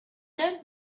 don’t